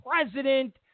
president